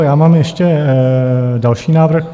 Já mám ještě další návrh.